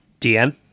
DN